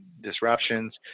disruptions